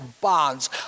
bonds